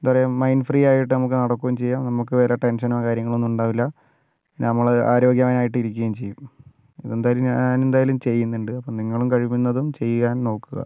എന്താ പറയുക mind free ആയിട്ട് നമുക്ക് നടക്കുകയും ചെയ്യാം നമുക്ക് വേറെ ടെൻഷനോ കാര്യങ്ങളോ ഒന്നും ഉണ്ടാകില്ല നമ്മൾ ആരോഗ്യവാൻ ആയിട്ട് ഇരിക്കുകയും ചെയ്യും ഇതെന്തായാലും ഞാൻ എന്തായാലും ചെയ്യുന്നുണ്ട് അപ്പോൾ നിങ്ങളും കഴിയുന്നതും ചെയ്യാൻ നോക്കുക